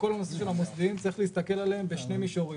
בכל הסדר המוסדיים צריך להסתכל עליהם בשני מישורים,